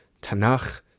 Tanakh